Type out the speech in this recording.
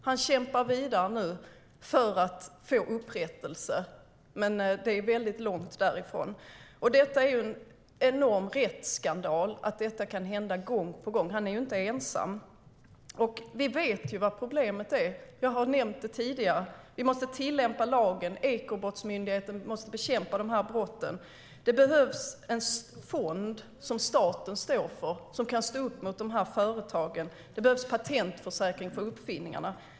Han kämpar nu vidare för att få upprättelse, men det är en lång väg. Det är en enorm rättsskandal att detta kan hända gång på gång. Han är ju inte ensam. Vi vet vad problemet är. Jag har nämnt det tidigare. Vi måste tillämpa lagen, och Ekobrottsmyndigheten måste bekämpa dessa brott. Det behövs en fond som staten står för som kan stå upp mot dessa företag, och det behövs en patentförsäkring för uppfinningarna.